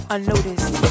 Unnoticed